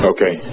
Okay